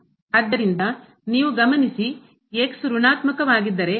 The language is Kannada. ಆದ್ದರಿಂದನೀವು ಗಮನಿಸಿ ಋಣಾತ್ಮಕ ವಾಗಿದ್ದರೆ